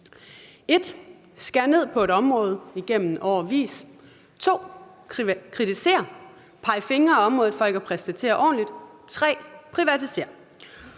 at skære ned på et område i årevis, 2) ved at kritisere og pege fingre af området for ikke at præstere ordentligt, 3) ved